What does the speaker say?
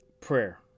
Prayer